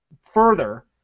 further